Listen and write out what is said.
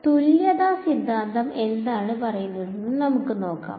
അതിനാൽ തുല്യത സിദ്ധാന്തം എന്താണ് പറയുന്നതെന്ന് നമുക്ക് നോക്കാം